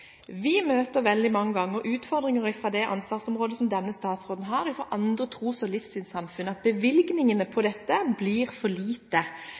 Vi møter veldig mange ganger utfordringer fra det ansvarsområdet som denne statsråden har, fra andre tros- og livssynssamfunn, på grunn av at bevilgningene til dette blir for